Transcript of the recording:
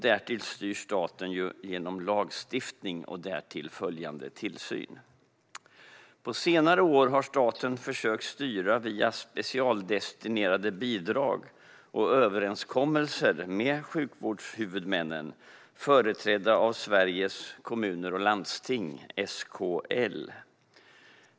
Staten styr även genom lagstiftning och därtill följande tillsyn. På senare år har staten försökt styra via specialdestinerade bidrag och överenskommelser med sjukvårdshuvudmännen, företrädda av Sveriges Kommuner och Landsting, SKL.